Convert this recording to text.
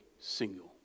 single